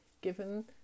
given